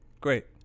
Great